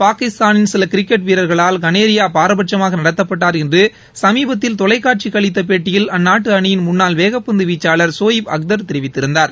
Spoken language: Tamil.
பாகிஸ்தானின் சில கிரிக்கெட் வீரர்களால் கனேரியா பாரபட்சமாக நடத்தப்பட்டார் என்று சமீபத்தில் தொலைக்காட்சிக்கு அளித்த பேட்டியில் அந்நாட்டு அணியின் முன்னாள் வேகப்பந்து வீச்சாளர் சோயீப் அக்தர் தெரிவித்திருந்தார்